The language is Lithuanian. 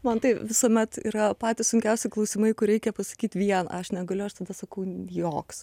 man tai visuomet yra patys sunkiausi klausimai kur reikia pasakyt vieną aš negaliu aš tada sakau joks